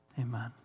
Amen